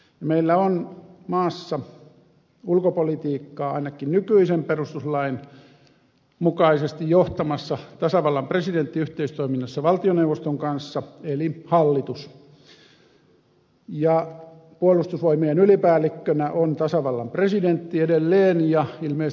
meillä on maassa ulkopolitiikkaa ainakin nykyisen perustuslain mukaisesti johtamassa tasavallan presidentti yhteistoiminnassa valtioneuvoston kanssa eli hallitus ja puolustusvoimien ylipäällikkönä on tasavallan presidentti edelleen ja ilmeisesti jatkossakin